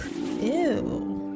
Ew